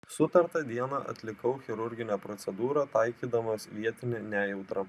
sutartą dieną atlikau chirurginę procedūrą taikydamas vietinę nejautrą